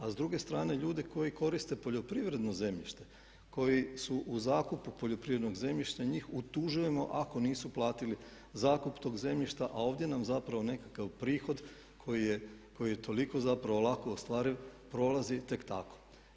A s druge strane ljudi koji koriste poljoprivredno zemljište, koji su u zakupu poljoprivrednog zemljišta njih utužujemo ako nisu platili zakup tog zemljišta, a ovdje nam zapravo nekakav prihod koji je toliko zapravo lako ostvariv prolazi tek tako.